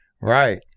Right